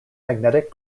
magnetic